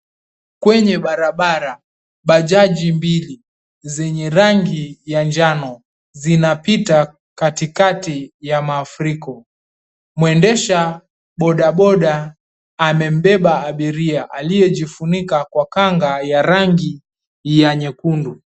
Kwenye barabara, bajaji mbili zenye rangi ya njano zinapita katikati ya mafuriko. Mwendesha boda boda amembeba abiria aliyejifunika kwa kanga ya rangi ya nyekundu.